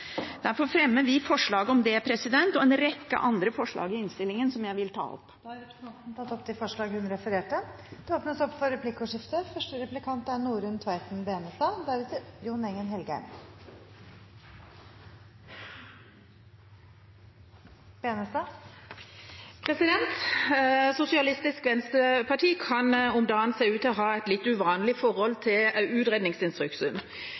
Derfor fremmer vi forslag om det – og en rekke andre forslag i innstillingen – som jeg vil ta opp. Da har representanten Karin Andersen tatt opp de forslagene hun refererte til. Det blir replikkordskifte. SV kan om dagen se ut til å ha et litt uvanlig forhold